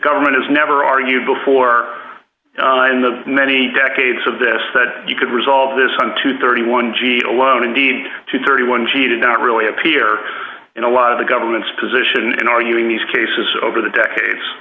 government is never argued before in the many decades of this that you could resolve this on to thirty one g alone indeed to thirty one she did not really appear in a lot of the government's position in arguing these cases over the decades